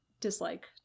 dislike